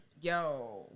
yo